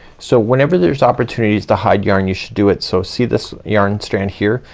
so whenever there's opportunities to hide yarn you should do it. so see this yarn strand here?